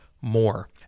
more